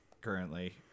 currently